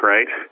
Right